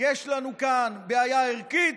יש לנו כאן בעיה ערכית,